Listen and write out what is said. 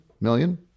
million